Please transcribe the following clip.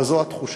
אבל זו התחושה.